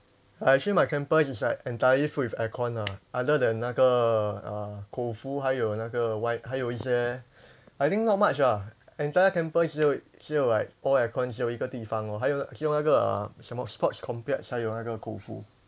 actually my campus is like entirely filled with air con ah other than 那个 uh koufu 还有那个还有一些 I think not much ah entire campus 只有只有 like all air con 只有一个地方咯还有那个什么 sports complex 还有那个 koufu